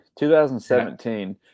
2017